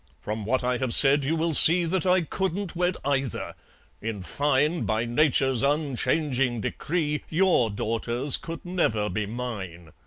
from what i have said you will see that i couldn't wed either in fine, by nature's unchanging decree your daughters could never be mine.